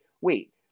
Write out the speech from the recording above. wait